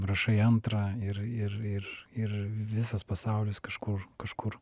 rašai antrą ir ir ir ir visas pasaulis kažkur kažkur